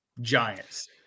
giants